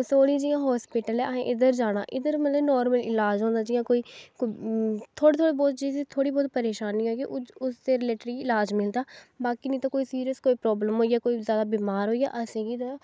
बसोह्लो जाईयै हस्पिटल असैं इध्दर जाना इध्दर मतलव नार्मल इलाज़ होंदा जियां मतलव की थोह्ड़ी थोब्ड़ी बौह्त जिसी परेशानी अस दै रिलेटिड इलाज़ मिलदा बाकी नेंई तां कोई सिरियस प्रावलम होई जा कोई जादा बमार होई जा असेंगी ना